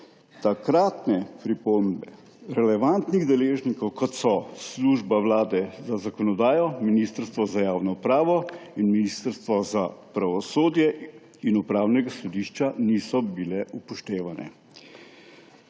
Takratne pripombe relevantnih deležnikov, kot so Služba Vlade za zakonodajo, Ministrstvo za javno upravo in Ministrstvo za pravosodje, in Upravnega sodišča niso bile upoštevane.